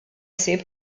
ħsieb